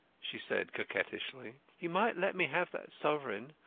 she said coquettishly. you might let me have that sovereign.